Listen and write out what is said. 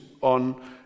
on